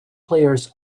players